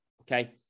okay